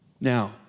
Now